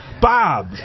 Bob